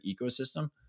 ecosystem